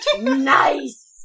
Nice